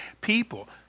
people